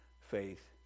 faith